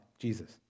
Jesus